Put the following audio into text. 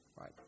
Right